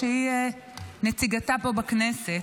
שהיא נציגתה פה בכנסת,